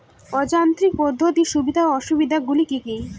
অযান্ত্রিক পদ্ধতির সুবিধা ও অসুবিধা গুলি কি কি?